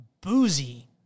boozy